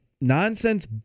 nonsense